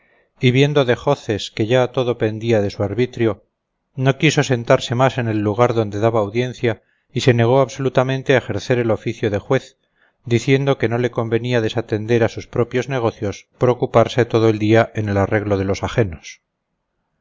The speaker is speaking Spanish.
y viendo dejoces que ya todo pendía de su arbitrio no quiso sentarse más en el lugar donde daba audiencia y se negó absolutamente a ejercer el oficio de juez diciendo que no le convenía desatender a sus propios negocios por ocuparse todo el día en el arreglo de los ajenos